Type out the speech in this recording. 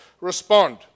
respond